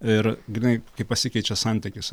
ir grynai kai pasikeičia santykis